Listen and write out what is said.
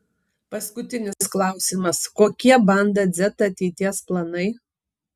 paskutinis klausimas kokie banda dzeta ateities planai